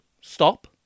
stop